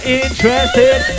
interested